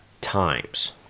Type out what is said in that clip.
times